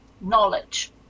Knowledge